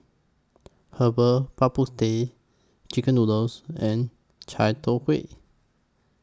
Herbal Bak Ku Teh Chicken Noodles and Chai Tow Kway